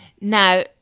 Now